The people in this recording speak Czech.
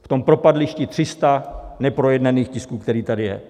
V tom propadlišti tří set neprojednaných tisků, které tady je.